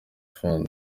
fund